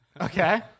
Okay